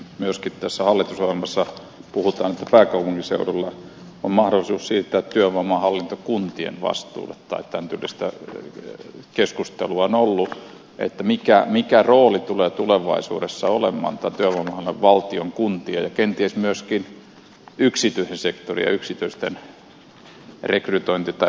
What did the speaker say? myöskin tässä hallitusohjelmassa puhutaan että pääkaupunkiseudulla on mahdollisuus siirtää työvoimahallinto kuntien vastuulle tai tämän tyylistä keskustelua on ollut että mikä rooli tulee tulevaisuudessa olemaan työvoimahallinnon valtion kuntien ja kenties myöskin yksityisen sektorin ja yksityisten rekrytointi tai vastaavien toimien kanssa